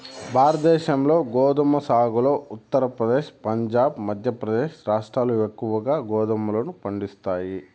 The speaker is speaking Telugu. భారతదేశంలో గోధుమ సాగులో ఉత్తరప్రదేశ్, పంజాబ్, మధ్యప్రదేశ్ రాష్ట్రాలు ఎక్కువగా గోధుమలను పండిస్తాయి